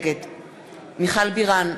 נגד מיכל בירן,